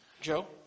Joe